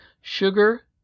Sugar